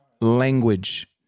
language